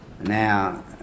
Now